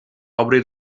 obrir